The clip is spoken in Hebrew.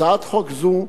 הצעת חוק זו,